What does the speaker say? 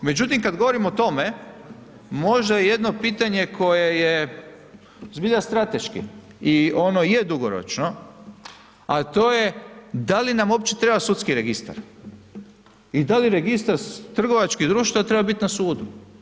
Međutim, kad govorimo o tome, možda je jedno pitanje koje je zbilja strateški i ono je dugoročno, a to je da li nam uopće treba sudski registar i da li registar trgovačkih društava treba biti na sudu?